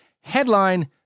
Headline